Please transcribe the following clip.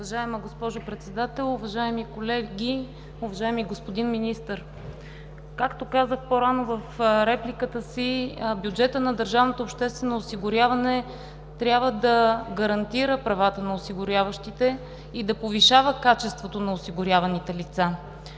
Уважаема госпожо Председател, уважаеми колеги, уважаеми господин Министър! Както казах по-рано в репликата си, бюджетът на държавното обществено осигуряване трябва да гарантира правата на осигуряващите и да повишава качеството на осигуряваните лица.